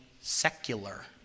secular